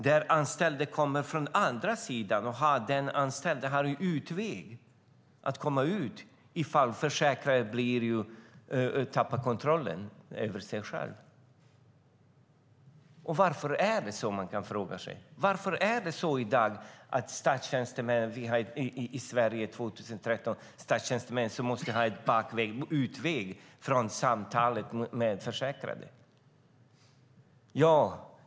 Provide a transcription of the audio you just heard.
Då sitter den anställda på den andra sidan och har en utväg för att komma ut om den försäkrade skulle tappa kontrollen över sig själv. Varför är det så? Man kan fråga sig varför vi i dag, 2013, i Sverige har statstjänstemän som måste ha en utväg från samtalet med den försäkrade.